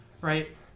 right